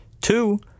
Two